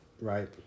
right